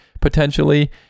potentially